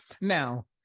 Now